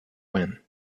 when